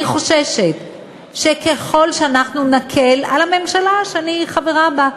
אני חוששת שככל שאנחנו נקל על הממשלה שאני חברה בה,